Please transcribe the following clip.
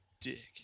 dick